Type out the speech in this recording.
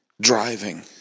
Driving